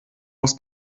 aus